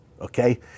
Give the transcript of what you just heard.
okay